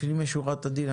לפנים משורת הדין,